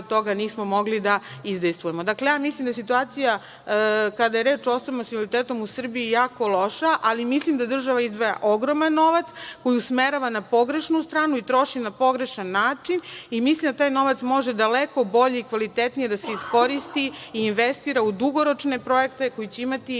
toga nismo mogli da izdejstvujemo. Mislim da je situacija, kada je reč o osobama sa invaliditetom u Srbiji jako loša, ali misli da država izdvaja ogroman novac koji usmerava na pogrešnu stranu i troši na pogrešan način i mislim da taj novac može daleko bolje i kvalitetnije da se iskoristi i investira u dugoročne projekte koji će imati